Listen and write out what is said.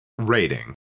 rating